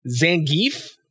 Zangief